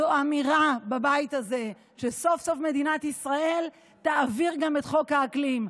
זו אמירה בבית הזה שסוף-סוף מדינת ישראל תעביר גם את חוק האקלים.